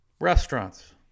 restaurants